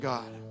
God